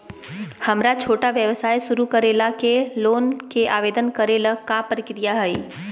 हमरा छोटा व्यवसाय शुरू करे ला के लोन के आवेदन करे ल का प्रक्रिया हई?